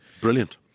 Brilliant